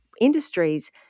industries